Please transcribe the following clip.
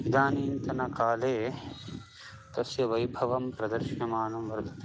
इदानीन्तनकाले तस्य वैभवं प्रदर्श्यमानं वर्तते